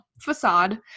facade